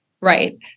Right